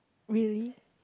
really